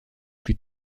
plus